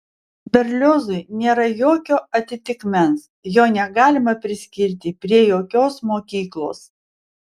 berliozui nėra jokio atitikmens jo negalima priskirti prie jokios mokyklos